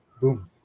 Boom